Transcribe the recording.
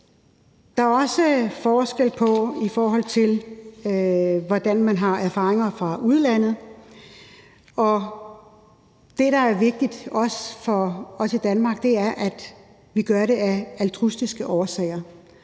Der er også forskel på de erfaringer, man har fra udlandet, og det, der er vigtigt for os i Danmark, er, at vi gør det af altruistiske årsager.